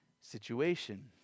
situation